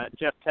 Jeff